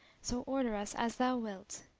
so order us as thou wilt.